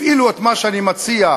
הפעילו את מה שאני מציע,